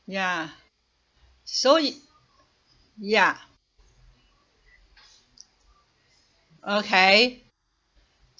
ya so he ya okay